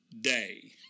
day